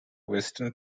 western